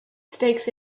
stakes